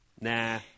Nah